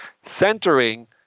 Centering